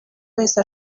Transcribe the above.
wese